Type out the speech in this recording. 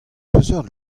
peseurt